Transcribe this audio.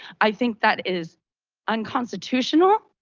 i think that is unconstitutional.